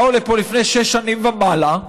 הם באו לפני שש שנים ומעלה,